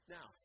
Now